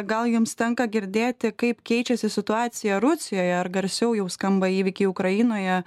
gal jums tenka girdėti kaip keičiasi situacija rusijoje ar garsiau jau skamba įvykiai ukrainoje